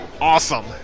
awesome